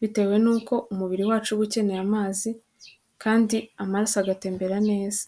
bitewe n'uko umubiri wacu uba ukeneye amazi kandi amaraso agatembera neza.